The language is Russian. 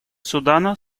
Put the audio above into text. судана